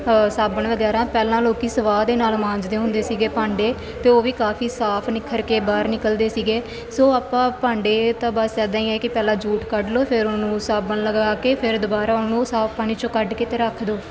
ਸਾਬਣ ਵਗੈਰਾ ਪਹਿਲਾਂ ਲੋਕ ਸਵਾਹ ਦੇ ਨਾਲ ਮਾਂਜਦੇ ਹੁੰਦੇ ਸੀਗੇ ਭਾਂਡੇ ਅਤੇ ਉਹ ਵੀ ਕਾਫ਼ੀ ਸਾਫ਼ ਨਿਖਰ ਕੇ ਬਾਹਰ ਨਿਕਲਦੇ ਸੀਗੇ ਸੋ ਆਪਾਂ ਭਾਂਡੇ ਤਾਂ ਬਸ ਇੱਦਾਂ ਹੀ ਹੈ ਕਿ ਪਹਿਲਾਂ ਜੂਠ ਕੱਢ ਲਓ ਫਿਰ ਉਹਨਾਂ ਨੂੰ ਸਾਬਣ ਲਗਾ ਕੇ ਫਿਰ ਦੁਬਾਰਾ ਉਹਨੂੰ ਸਾਫ਼ ਪਾਣੀ 'ਚੋਂ ਕੱਢ ਕੇ ਅਤੇ ਰੱਖ ਦਿਓ